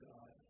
God